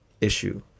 issue